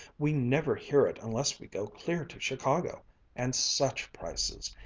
we never hear it unless we go clear to chicago and such prices!